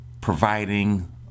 providing